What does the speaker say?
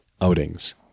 outings